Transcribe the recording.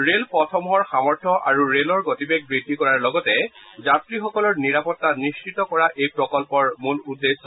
rail পথসমূহৰ সামৰ্থ আৰু ৰেলৰ গতিবেগ বৃদ্ধি কৰাৰ লগতে যাত্ৰীসকলৰ নিৰাপত্তা নিশ্চিত কৰা এই প্ৰকল্পৰ মূল উদ্দেশ্য